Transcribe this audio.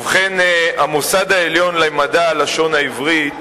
ובכן, המוסד העליון למדע הלשון העברית,